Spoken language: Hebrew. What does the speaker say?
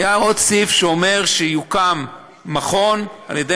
היה עוד סעיף שאומר שיוקם מכון על ידי